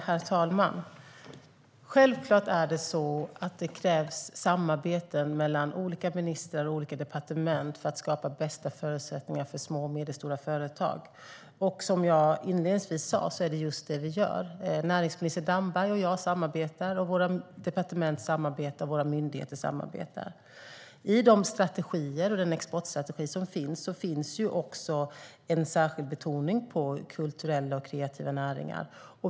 Herr talman! Självklart krävs det samarbete mellan olika ministrar och olika departement för att skapa bästa förutsättningar för små och medelstora företag. Som jag sa inledningsvis är det just det vi gör. Näringsminister Damberg och jag samarbetar, och våra departement och myndigheter samarbetar. I de strategier och den exportstrategi som vi har finns också en särskild betoning på kulturella och kreativa näringar.